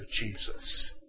Jesus